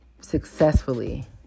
successfully